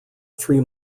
three